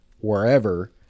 wherever